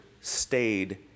stayed